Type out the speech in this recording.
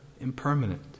impermanent